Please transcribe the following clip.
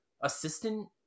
assistant